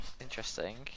Interesting